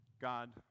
God